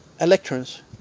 electrons